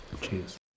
Cheers